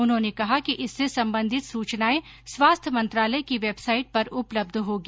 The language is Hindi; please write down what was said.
उन्होंने कहा कि इससे सम्बन्धित सूचनाए स्वास्थ्य मंत्रालय की वेबसाइट पर उपलब्ध होगी